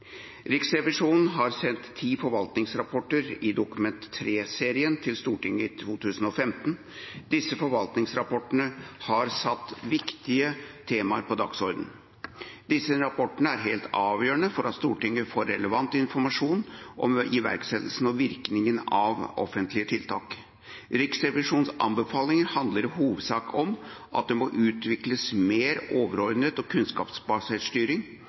Riksrevisjonen har sendt ti forvaltningsrapporter i Dokument 3-serien til Stortinget i 2015. Disse forvaltningsrapportene har satt viktige temaer på dagsordenen. Disse rapportene er helt avgjørende for at Stortinget får relevant informasjon om iverksettelsen og virkningen av offentlige tiltak. Riksrevisjonens anbefalinger handler i hovedsak om at det må utvikles mer overordnet og